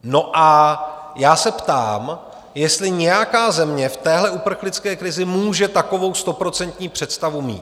No a já se ptám, jestli nějaká země v téhle uprchlické krizi může takovou stoprocentní představu mít?